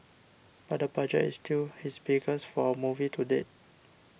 but the budget is still his biggest for a movie to date